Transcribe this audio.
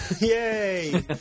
yay